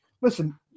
listen